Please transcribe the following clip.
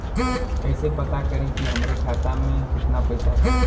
कइसे पता करि कि हमरे खाता मे कितना पैसा बा?